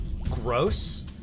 gross